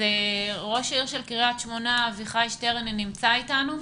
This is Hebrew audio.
ראש העיר קריית שמונה, אביחי שטרן, נמצא אתנו?